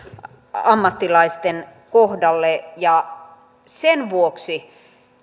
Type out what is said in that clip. ammattilaisten kohdalle ja sen vuoksi